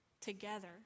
together